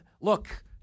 Look